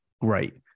Great